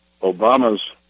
Obama's